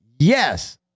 Yes